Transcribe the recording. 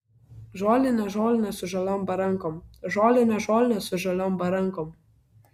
žolinė žolinė su žaliom barankom žolinė žolinė su žaliom barankom